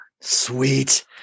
sweet